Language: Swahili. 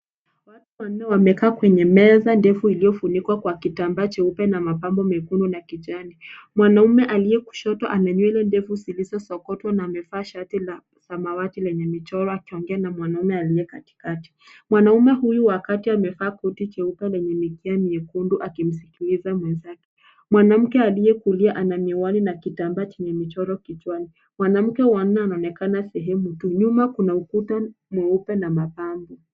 Watu wanne wamekaa kwenye meza ndefu iliyofunikwa kwa kitambaa cheupe na mapambo mekundu na kijani. Mwanaume aliyekushoto ana nywele ndefu zilizosokotwa na amevaa shati la samawati lenye michoro akiongea na mwanaume aliweka katikati. Mwanaume huyu wa kati amefaa koti cheupe lenye mitihani nyekundu akimsikiliza mwenzake. Mwanamke aliye kulia ana miwani na kitambaa chenye michoro kichwani. Mwanamke anaonekana sehemu tu. Nyuma kuna ukuta mweupe na mapambo.